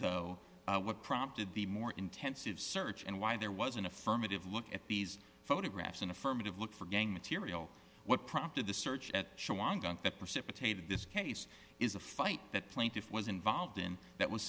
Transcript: though what prompted the more intensive search and why there was an affirmative look at these photographs an affirmative look for gang material what prompted the search at that precipitated this case is a fight that plaintiff was involved in that was